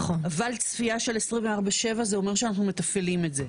אבל צפייה של 24/7 זה אומר שאנחנו מתפעלים את זה.